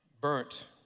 burnt